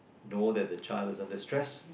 know that the child is in distress